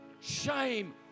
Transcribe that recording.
shame